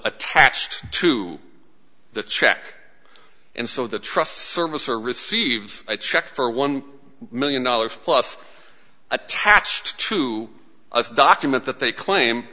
attached to the check and so the trust service or receive a check for one million dollars plus attached to a document that they claim